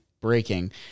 Breaking